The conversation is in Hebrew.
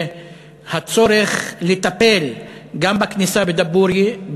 והצורך לטפל גם בכניסה בדבורייה,